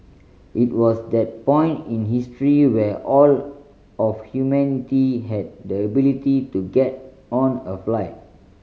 it was that point in history where all of humanity had the ability to get on a flight